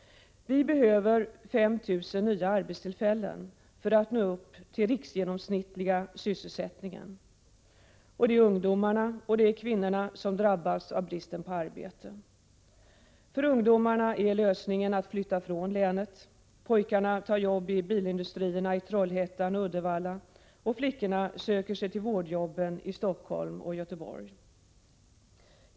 Vi behöver 5 000 nya arbetstillfällen för att nå upp till riksgenomsnittet i sysselsättning. Det är ungdomarna och kvinnorna som drabbas av bristen på arbete. För ungdomarna är lösningen att flytta från länet. Pojkarna tar jobb i bilindustrierna i Trollhättan och Uddevalla, och flickorna söker sig till vårdjobben i Stockholm och Göteborg.